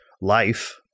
life